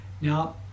Now